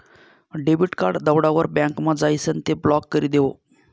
debit card दवडावर बँकमा जाइसन ते ब्लॉक करी देवो